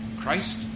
Christ